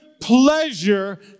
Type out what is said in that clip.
pleasure